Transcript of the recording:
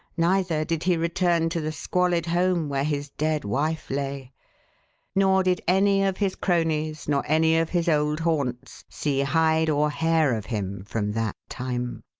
neither did he return to the squalid home where his dead wife lay nor did any of his cronies nor any of his old haunts see hide or hair of him from that time.